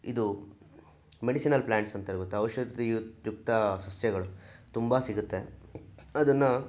ಇದು medicinal plants ಅಂತಾರೆ ಗೊತ್ತೇ ಔಷಧಿ ಯುಕ್ತ ಸಸ್ಯಗಳು ತುಂಬ ಸಿಗುತ್ತೆ ಅದನ್ನು